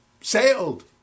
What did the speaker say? sailed